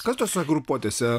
kas tose grupuotėse